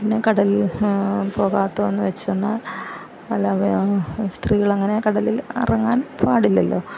പിന്നെ കടലില് പോകാത്തതെന്ന് വെച്ചെന്നാൽ അല്ല സ്ത്രീകള് അങ്ങനെ കടലില് ഇറങ്ങാൻ പാടില്ലല്ലോ